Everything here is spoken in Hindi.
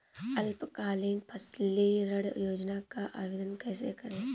अल्पकालीन फसली ऋण योजना का आवेदन कैसे करें?